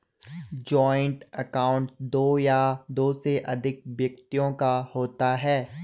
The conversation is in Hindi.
जॉइंट अकाउंट दो या दो से अधिक व्यक्तियों का होता है